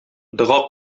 дога